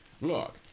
Look